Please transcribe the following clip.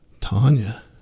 Tanya